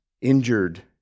injured